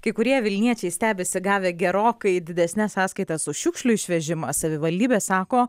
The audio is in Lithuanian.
kai kurie vilniečiai stebisi gavę gerokai didesnes sąskaitas už šiukšlių išvežimą savivaldybė sako